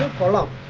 follow